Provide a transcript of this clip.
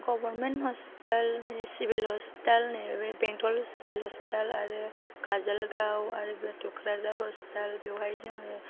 government hospital civil hospital नैबे बेंटल civil hospital आरो काजलगाव आरो थुख्राझार हसपिताल बेवहाय जोङो